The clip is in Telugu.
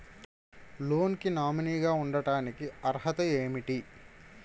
లోన్ కి నామినీ గా ఉండటానికి అర్హత ఏమిటి?